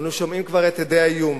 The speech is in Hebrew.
אנו שומעים כבר את הדי האיום.